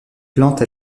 plante